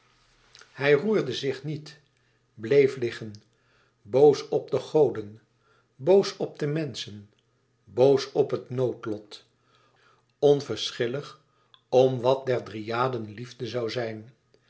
hij roerde zich niet bleef liggen boos op de goden boos op de menschen boos op het noodlot onverschillig om wat der dryaden liefde zoû zijn